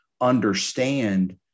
understand